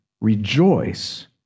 rejoice